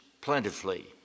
plentifully